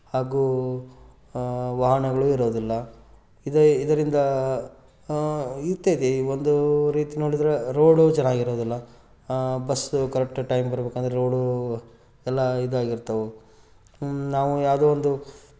ಹಾಗೂ ವಾಹನಗಳು ಇರುವುದಿಲ್ಲ ಇದು ಇದರಿಂದ ಇರ್ತೈತೆ ಒಂದು ರೀತಿ ನೋಡಿದ್ರೆ ರೋಡು ಚೆನ್ನಾಗಿರೋದಿಲ್ಲ ಬಸ್ ಕರೆಕ್ಟ್ ಟೈಮ್ ಬರಬೇಕಂದ್ರೆ ರೋಡು ಎಲ್ಲ ಇದಾಗಿರ್ತವು ನಾವು ಯಾವುದೋ ಒಂದು